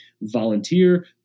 volunteer